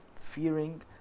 fearing